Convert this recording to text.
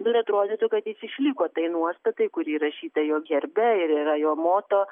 nu ir atrodytų kad jis išliko tai nuostatai kuri įrašyta jo herbe ir yra jo moto